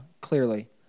Clearly